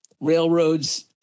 railroads